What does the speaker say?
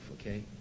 Okay